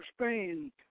Spain